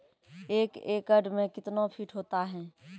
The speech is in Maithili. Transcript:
एक एकड मे कितना फीट होता हैं?